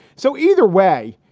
so either way,